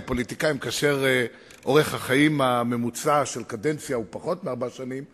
כאשר אורך החיים הממוצע של קדנציה הוא פחות מארבע שנים,